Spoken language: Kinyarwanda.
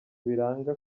biranga